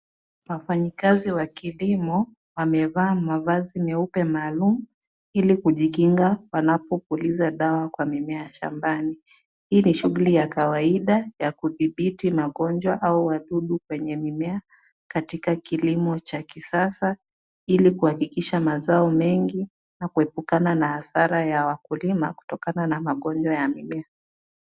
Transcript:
Wafanyikazi wa kilimo, wamevaa mavazi meupe maalum, ili kujikinga wanapopuliza dawa kwa mimea shambani. Hii ni shughuli ya kawaida ya kudhibiti magonjwa au wadudu kwenye mimea katika kilimo cha kisasa ili kuhakikisha mazao mengi. Na kuepukana na hasara ya wakulima kutokana na magonjwa ya mimea.